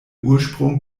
ursprung